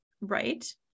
right